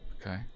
Okay